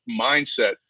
mindset